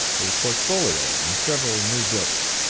a portfolio and several new books,